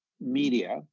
media